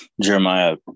Jeremiah